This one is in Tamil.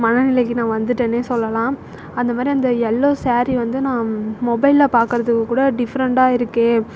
மன நிலைக்கு நான் வந்துட்டேனே சொல்லலாம் அந்தமாதிரி அந்த எல்லோ சாரி வந்து நான் மொபைலில் பார்க்குறதுக்கு கூட டிஃபரெண்ட்டாக இருக்கே